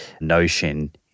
notion